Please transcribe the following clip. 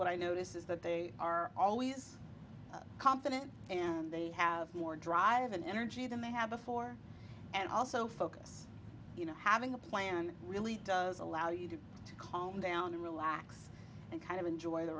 what i notice is that they are always confident and they have more drive and energy than they have before and also focus you know having a plan really does allow you to calm down and relax and kind of enjoy the